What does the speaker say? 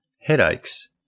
headaches